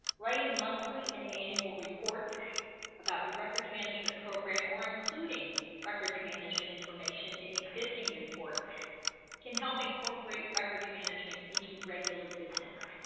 writing monthly and annual report about your records management program or including records management information in existing reports can help incorporate records management into regular business